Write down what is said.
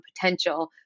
potential